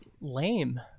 lame